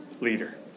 leader